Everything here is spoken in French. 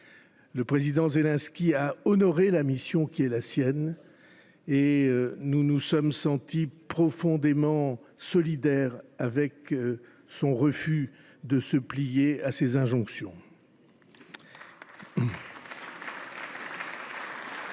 Le président Zelensky a honoré la mission qui est la sienne. Nous nous sommes sentis profondément solidaires de son refus de se plier à ces injonctions. Il y avait